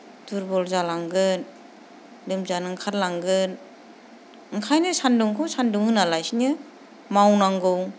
दुरबल जालांगोन लोमजानो ओंखारलांगोन ओंखायनो सानदुंखौ सानदुं होनालासिनो मावनांगौ